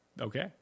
okay